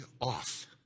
off